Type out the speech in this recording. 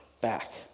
back